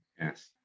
Yes